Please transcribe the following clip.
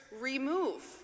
remove